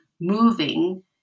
moving